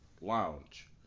Lounge